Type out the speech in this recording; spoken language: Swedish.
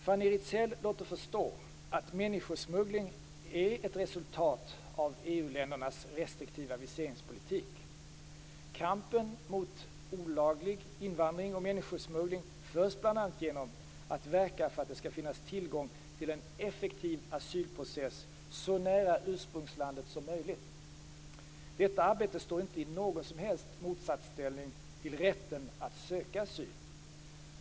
Fanny Rizell låter förstå att människosmuggling är ett resultat av EU ländernas restriktiva viseringspolitik. Kampen mot olaglig invandring och människosmuggling förs bl.a. genom att verka för att det skall finnas tillgång till en effektiv asylprocess så nära ursprungslandet som möjligt. Detta arbete står inte i någon motsatsställning till rätten att söka asyl.